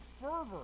fervor